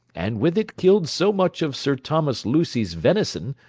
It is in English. and with it killed so much of sir thomas lucy's venison,